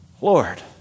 Lord